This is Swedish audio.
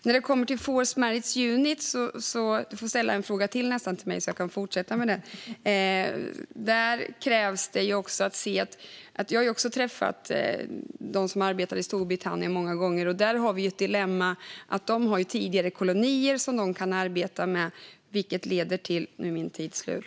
När det gäller Forced Marriage Unit får du nästan ställa en fråga till så att jag kan fortsätta. Jag har också många gånger träffat dem som arbetar i Storbritannien. Där har vi dilemmat att de har tidigare kolonier som de kan arbeta med. Nu är min talartid slut.